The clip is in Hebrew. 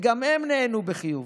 וגם הם נענו בחיוב.